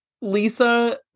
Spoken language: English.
Lisa